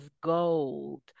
gold